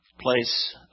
place